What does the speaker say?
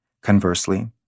Conversely